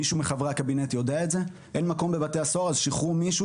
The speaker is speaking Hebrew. מישהו מחברי הקבינט יודע את זה שאין מקום בבתי הסוהר אז שחררו מישהו